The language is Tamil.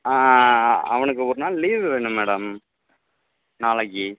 அவனுக்கு ஒரு நாள் லீவு வேணும் மேடம் நாளைக்கு